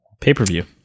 pay-per-view